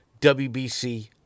WBC